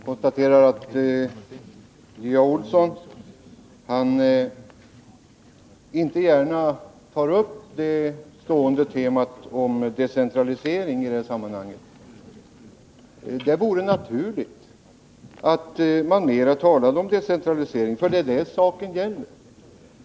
Herr talman! Jag konstaterar att Johan Olsson inte gärna tar upp det stående temat om decentralisering i det här sammanhanget. Det vore naturligt att man mera talade om decentralisering, för det är det saken gäller.